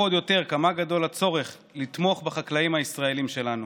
עוד יותר כמה גדול הצורך לתמוך בחקלאים הישראלים שלנו.